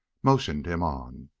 motioned him on.